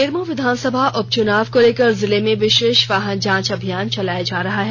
बेरमो विधानसभा उपचुनाव को लेकर जिले में विशेष वाहन जांच अभियान चलाया जा रहा है